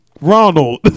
Ronald